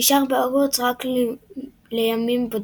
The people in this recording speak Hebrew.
נשאר בהוגוורטס רק לימים בודדים.